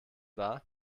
war